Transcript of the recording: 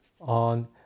on